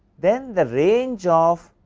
then the range ah of